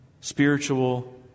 spiritual